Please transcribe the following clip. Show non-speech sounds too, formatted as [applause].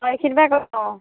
অঁ [unintelligible]